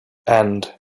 and